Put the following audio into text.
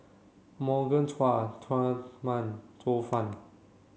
Morgan Chua Tsang Man